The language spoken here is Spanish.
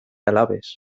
alabes